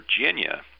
Virginia